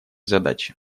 задачи